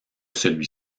celui